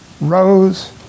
rose